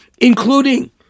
including